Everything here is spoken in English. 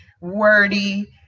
wordy